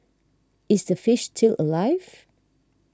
is the fish still alive